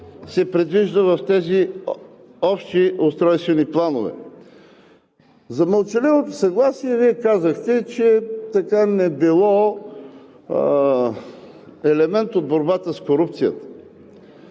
се предвижда в тези общи устройствени планове. За мълчаливото съгласие Вие казахте, че не било елемент от борбата с корупцията.